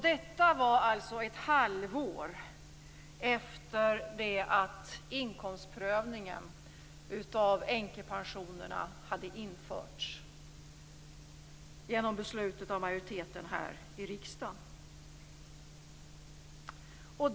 Detta var ett halvår efter det att inkomstprövningen av änkepensionerna hade införts genom ett majoritetsbeslut här i riksdagen.